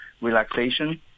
relaxation